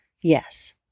Yes